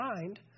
mind